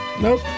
nope